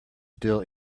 still